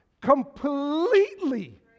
completely